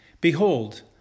Behold